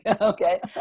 Okay